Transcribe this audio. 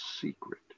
secret